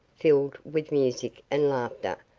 filled with music and laughter,